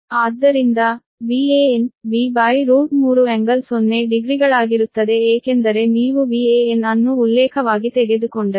ಆದ್ದರಿಂದ Van V3 angle 0 ಡಿಗ್ರಿಗಳಾಗಿರುತ್ತದೆ ಏಕೆಂದರೆ ನೀವು Van ಅನ್ನು ಉಲ್ಲೇಖವಾಗಿ ತೆಗೆದುಕೊಂಡರೆ